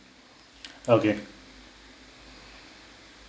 okay